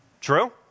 True